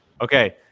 Okay